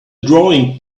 drawing